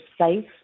safe